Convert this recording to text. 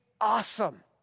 awesome